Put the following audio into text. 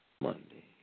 Monday